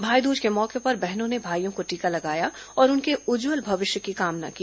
भाईदूज के मौके पर बहनों ने भाईयों को टीका लगाया और उनके उज्जवल भविष्य की कामना की